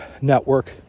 network